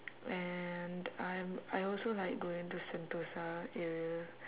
and I'm I also like going to sentosa area